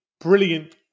brilliant